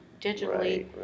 digitally